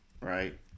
right